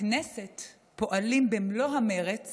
בכנסת פועלים במלוא המרץ